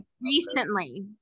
recently